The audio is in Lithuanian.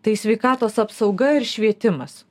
tai sveikatos apsauga ir švietimas